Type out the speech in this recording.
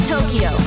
Tokyo